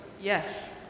Yes